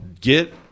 get